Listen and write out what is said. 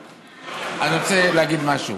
אני רוצה להגיד משהו: